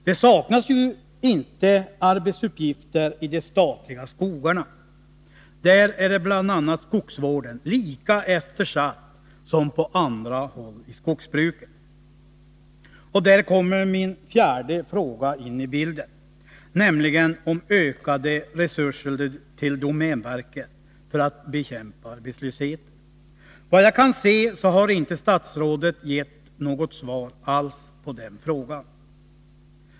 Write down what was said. Det saknas ju inte arbetsuppgifter i de statliga skogarna, där bl.a. skogsvården är lika eftersatt som på andra håll i skogsbruket. Där kommer min fjärde fråga in i bilden. Den gäller ökade resurser till domänverket för att bekämpa arbetslösheten. Såvitt jag kan se har inte statsrådet gett något svar alls på den frågan.